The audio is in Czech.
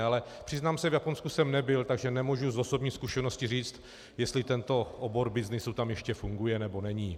Ale přiznám se, v Japonsku jsem nebyl, takže nemůžu z osobní zkušenosti říct, jestli tento obor byznysu tam ještě funguje, nebo ne.